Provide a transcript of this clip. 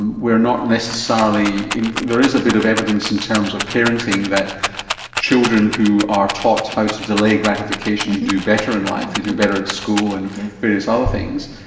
we are not necessarily, there is a bit of evidence in terms of parenting that children who are taught how to delay gratification do better in life, they do better in school and various other things.